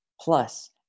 Plus